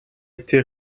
été